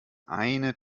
eine